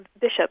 bishop